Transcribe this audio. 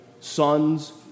sons